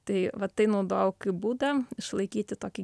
tai vat tai naudoju kaip būdą išlaikyti tokį